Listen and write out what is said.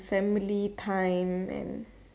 family time and